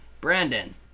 Brandon